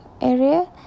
area